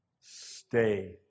Stay